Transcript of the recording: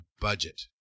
budget